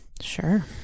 Sure